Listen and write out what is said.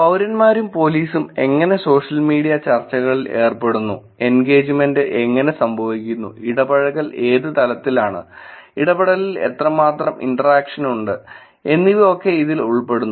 പൌരന്മാരും പോലീസും എങ്ങനെ സോഷ്യൽ മീഡിയ ചർച്ചകളിൽ ഏർപ്പെടുന്നു എൻഗേജ്മെന്റ് എങ്ങനെ സംഭവിക്കുന്നു ഇടപഴകൽ ഏത് തലത്തിലാണ് ഇടപെടലിൽ എത്രമാത്രം ഇന്റെറാക്ഷൻ ഉണ്ട് എന്നിവ ഒക്കെ ഇതിൽ ഉൾപ്പെടുന്നു